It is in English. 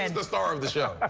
and the star of the show